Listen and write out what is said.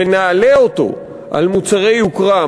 ונעלה אותו על מוצרי יוקרה,